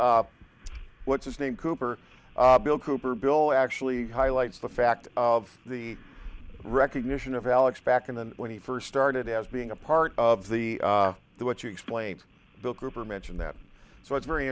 with what's his name cooper bill cooper bill actually highlights the fact of the recognition of alex back in and when he first started as being a part of the the what you explain bill cooper mention that so it's very